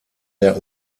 der